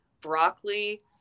Broccoli